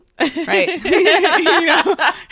Right